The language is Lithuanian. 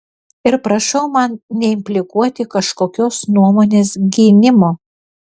ir prašau man neimplikuoti kažkokios nuomonės gynimo